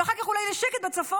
ואחר כך אולי לשקט בצפון,